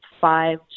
five